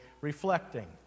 reflecting